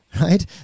right